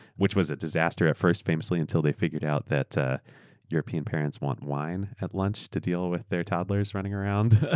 which was a disaster at first, famously, until they figured out that european parents want wine at lunch to deal with their toddlers running around, ah